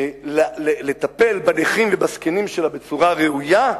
לטפל בנכים ובזקנים שלה בצורה ראויה,